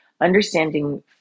understanding